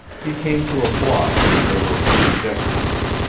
he came to a block where there were few pedestrians,